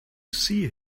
see